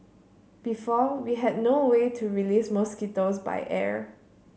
before we had no way to release mosquitoes by air